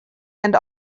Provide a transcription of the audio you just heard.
and